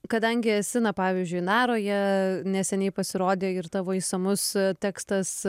kadangi esi na pavyzdžiui naroje neseniai pasirodė ir tavo išsamus tekstas